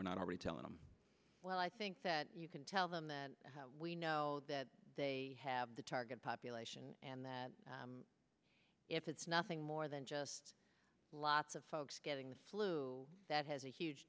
we're not already telling them well i think that you can tell them that we know that they have the target population and that if it's nothing more than just lots of folks getting the flu that has a huge